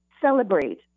Celebrate